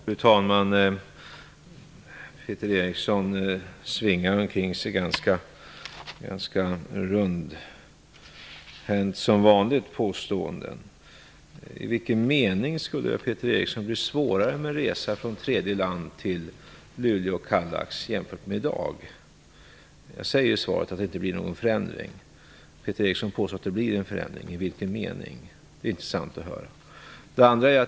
Fru talman! Peter Eriksson svingar som vanligt ganska rundhänt påståenden omkring sig. I vilken mening skulle det bli svårare att resa från tredje land till Luleå-Kallax jämfört med i dag? Jag säger i svaret att det inte blir någon förändring. Peter Eriksson påstår att det blir en förändring. I vilken mening? Det vore intressant att höra.